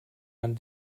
man